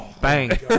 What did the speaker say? bang